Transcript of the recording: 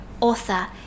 author